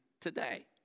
today